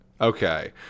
Okay